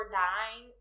dying